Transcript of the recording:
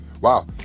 wow